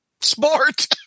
Sport